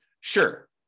Sure